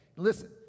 listen